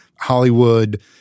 Hollywood